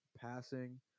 passing